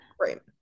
right